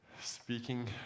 speaking